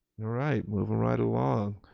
right, moving right along.